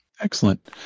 Excellent